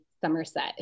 Somerset